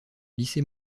lycée